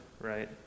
right